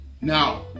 now